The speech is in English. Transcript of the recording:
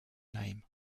name